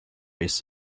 its